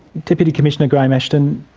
deputy commissioner graham ashton?